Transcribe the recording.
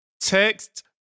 Text